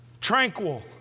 Tranquil